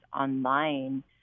online